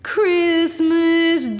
Christmas